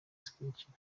zikurikira